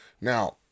Now